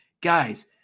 guys